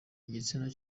igitsina